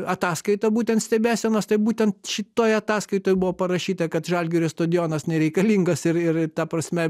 ataskaitą būtent stebėsenos tai būtent šitoje ataskaitoje buvo parašyta kad žalgirio stadionas nereikalingas ir ir ta prasme